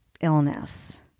illness